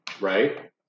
right